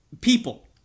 people